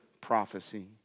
prophecy